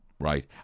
right